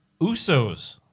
Usos